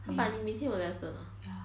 !huh! but 你每天有 lesson ah